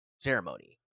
ceremony